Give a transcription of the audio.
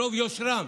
ברוב יושרם,